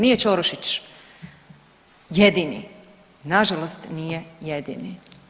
Nije Ćorušić jedini, nažalost nije jedini.